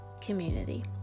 community